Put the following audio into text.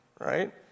right